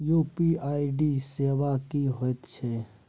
UPI सेवा की होयत छै?